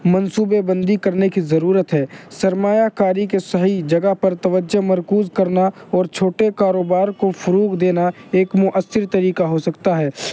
منصوبے بندی کرنے کی ضرورت ہے سرمایہ کاری کے صحیح جگہ پر توجہ مرکوز کرنا اور چھوٹے کاروبار کو فروغ دینا ایک مؤثر طریقہ ہو سکتا ہے